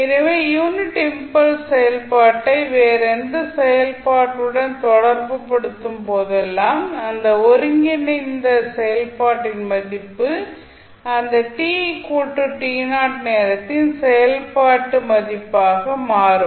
எனவே unit impulse செயல்பாட்டை வேறு எந்த செயல்பாட்டுடன் தொடர்புபடுத்தும் போதெல்லாம் அந்த ஒருங்கிணைந்த செயல்பாட்டின் மதிப்பு அந்த நேரத்தின் செயல்பாட்டு மதிப்பாக மாறும்